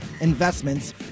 Investments